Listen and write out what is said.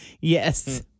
Yes